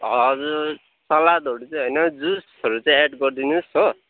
हजुर सलादहरू चाहिँ होइन जुसहरू चाहिँ एड गरिदिनु होस् हो